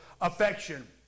affection